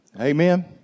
Amen